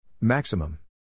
Maximum